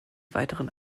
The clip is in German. weiteren